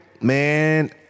man